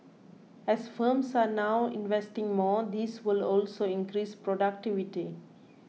as firms are now investing more this will also increase productivity